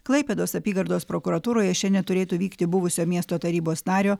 klaipėdos apygardos prokuratūroje šiandie neturėtų vykti buvusio miesto tarybos nario